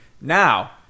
Now